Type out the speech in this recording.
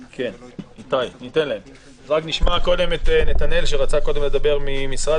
13:12) נשמע קודם את נתנאל ממשרד